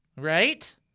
right